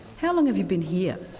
how long have you been here,